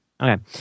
Okay